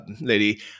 lady